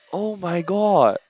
[oh]-my-god